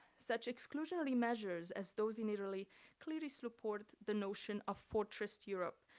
such exclusionary measures as those in italy clearly support the notion of fortress europe,